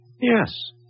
Yes